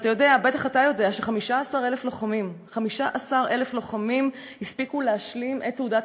בטח אתה יודע ש-15,000 לוחמים הספיקו להשלים את תעודת